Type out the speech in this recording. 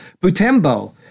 Butembo